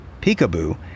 Peekaboo